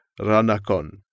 ranakon